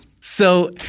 So-